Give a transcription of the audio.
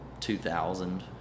2000